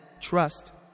trust